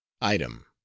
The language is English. item